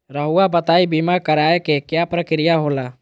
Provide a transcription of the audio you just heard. रहुआ बताइं बीमा कराए के क्या प्रक्रिया होला?